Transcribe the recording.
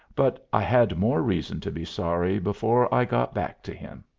but i had more reason to be sorry before i got back to him.